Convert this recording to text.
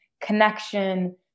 connection